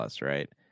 right